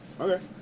okay